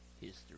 history